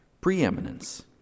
Preeminence